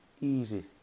easy